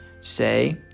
say